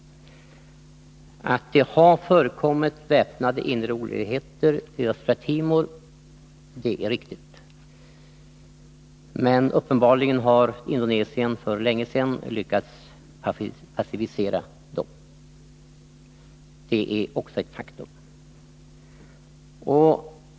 Att det har förekommit väpnade inre oroligheter i Östra Timor är riktigt, men uppenbarligen har Indonesien för länge sedan lyckats pacificera dem. Det är också ett faktum.